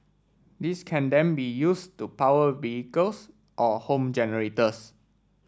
this can then be used to power vehicles or home generators